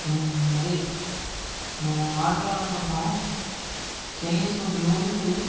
అదే మేము ఆర్డర్ ఇవ్వాలి అనుకుంటున్నాము చైనీస్ ఫుడ్ నూడిల్స్